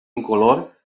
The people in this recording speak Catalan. incolor